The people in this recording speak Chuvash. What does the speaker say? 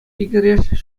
йӗкӗреш